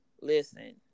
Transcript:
listen